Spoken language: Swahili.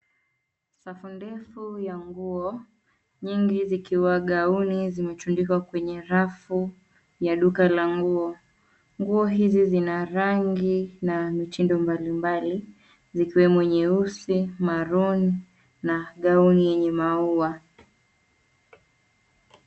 Safu ndefu ya nguo, nyingi zikiwa gauni, zimetundukwa kwenye rafu ya duka la nguo . Nguo hizi zina rangi na mitindo mbalimbali zikiwemo nyeusi, maroon na gauni yenye maua.